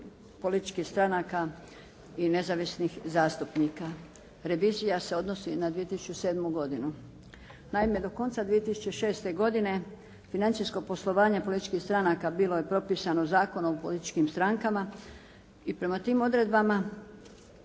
političkih stranaka i nezavisnih zastupnika. Revizija se odnosi na 2007. godinu. Naime, do konca 2006. godine financijsko poslovanje političkih stranaka bilo je propisano Zakonom o političkim strankama i prema tim odredbama